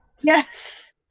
Yes